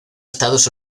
estados